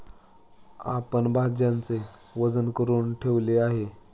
आपण भाज्यांचे वजन करुन ठेवले आहे